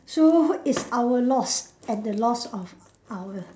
so it's our loss and the loss of our